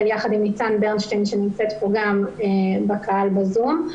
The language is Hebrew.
יחד עם ניצן ברנשטיין שנמצאת פה גם בקהל בזום.